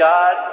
God